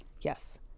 Yes